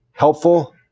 Helpful